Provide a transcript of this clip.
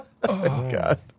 God